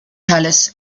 palace